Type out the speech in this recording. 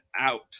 out